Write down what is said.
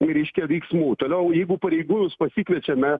reiškia veiksmų toliau jeigu pareigūnus pasikviečiame